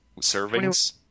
servings